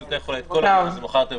יוחלט שנוכל לדבר על זה מאוחר יותר,